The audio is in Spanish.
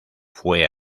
fue